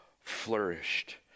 flourished